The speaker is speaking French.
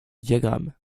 diagrammes